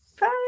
Bye